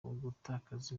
ugutakaza